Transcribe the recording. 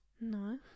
no